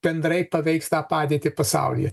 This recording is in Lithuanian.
bendrai paveiks tą padėtį pasaulyje